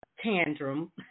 tantrum